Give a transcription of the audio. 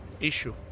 issue